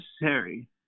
necessary